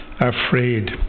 afraid